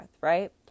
right